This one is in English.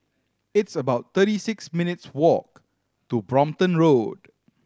it's about thirty six minutes' walk to Brompton Road